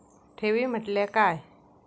ठेवी म्हटल्या काय?